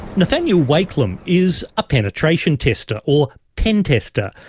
nathaniel wakelam is a penetration tester, or pentester.